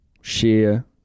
share